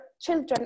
children